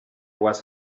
was